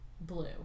Blue